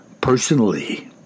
personally